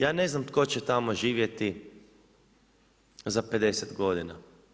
Ja ne znam tko će tamo živjeti za 50 godina.